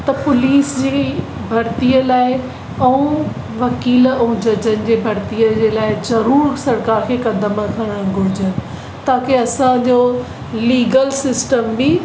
त पुलिस जी भर्तीअ लाइ ऐं वकील ऐं जजनि जे भर्तीअ जे लाइ ज़रूर सरकार खे कदमु खणणु घुरिजे ताकी असांजो लीगल सिस्टम बि